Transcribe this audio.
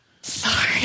Sorry